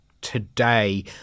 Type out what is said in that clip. today